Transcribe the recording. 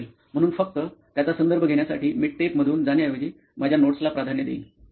म्हणून फक्त त्याचा संदर्भ घेण्यासाठी मी टेप मधून जाण्याऐवजी माझ्या नोट्सला प्राधान्य देईन